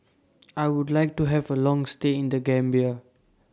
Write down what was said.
I Would like to Have A Long stay in The Gambia